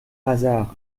hasard